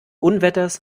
unwetters